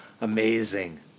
Amazing